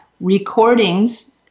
recordings